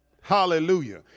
Hallelujah